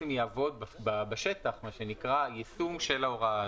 אני יצאתי לרגע ובאמת תודה לך על ההזדמנות.